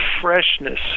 freshness